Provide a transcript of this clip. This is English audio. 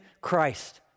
Christ